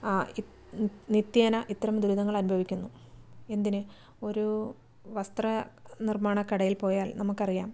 ആ നിത്യേന ഇത്തരം ദുരിതങ്ങൾ അനുഭവിക്കുന്നു എന്തിന് ഒരു വസ്ത്ര നിർമ്മാണ കടയിൽ പോയാൽ നമുക്കറിയാം